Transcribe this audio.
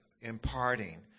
imparting